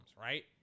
right